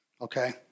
Okay